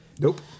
Nope